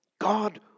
God